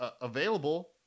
available